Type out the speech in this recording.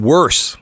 Worse